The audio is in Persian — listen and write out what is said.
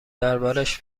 دربارش